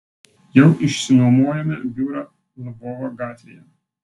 jau išsinuomojome biurą lvovo gatvėje